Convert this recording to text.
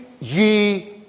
ye